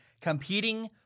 competing